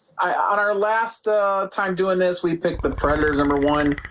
i on our last time doing this we picked the predators number one.